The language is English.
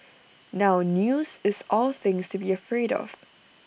now news is all things to be afraid of